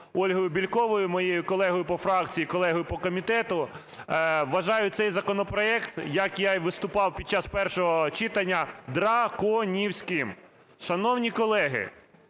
Ольгою Бєльковою, моєю колегою по фракції, колегою по комітету. Вважаю цей законопроект, як я і виступав під час першого читання, драконівським. Шановні колеги,